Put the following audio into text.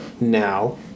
now